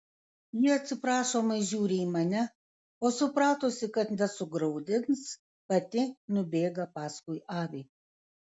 ji atsiprašomai žiūri į mane o supratusi kad nesugraudins pati nubėga paskui avį